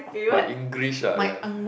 but english ah ya